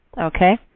Okay